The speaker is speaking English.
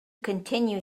continue